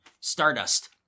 Stardust